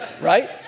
Right